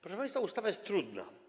Proszę państwa, ustawa jest trudna.